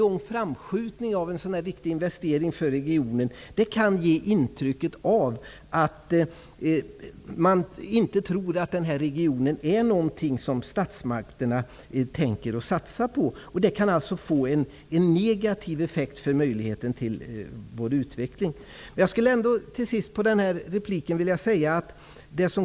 En framskjutning så långt fram i tiden av en för regionen så viktig investering kan ge intrycket av att statsmakterna inte tycker att regionen är någonting att satsa på. Det kan alltså få negativa effekter för möjligheterna att utveckla regionen.